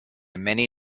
many